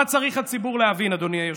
מה צריך הציבור להבין, אדוני היושב-ראש?